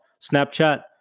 Snapchat